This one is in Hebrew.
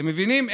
אתם מבינים?